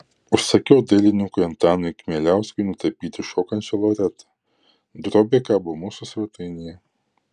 užsakiau dailininkui antanui kmieliauskui nutapyti šokančią loretą drobė kabo mūsų svetainėje